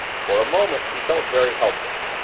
for a moment she felt very helpless,